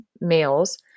males